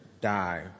die